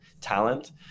talent